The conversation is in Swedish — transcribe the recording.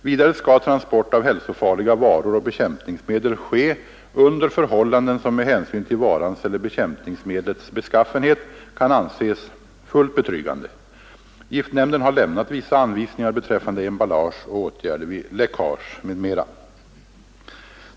Vidare skall transport av hälsofarliga varor och bekämpningsmedel ske under förhållanden som med hänsyn till varans eller bekämpningsmedlets beskaffenhet kan anses fullt betryggande. Giftnämnden har lämnat vissa anvisningar beträffande emballage och åtgärder vid läckage m.m.